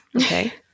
okay